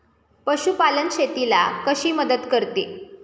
पशुपालन शेतीला कशी मदत करते?